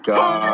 God